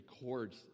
records